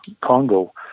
Congo